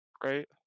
Great